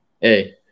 hey